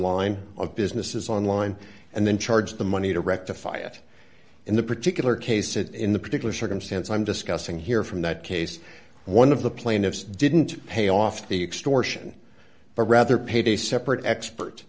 line of businesses on line and then charge the money to rectify it in the particular case it in the particular circumstance i'm discussing here from that case one of the plaintiffs didn't pay off the extortion but rather paid a separate expert